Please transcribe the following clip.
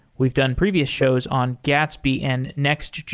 we've done previous shows on gatsby and nextjs.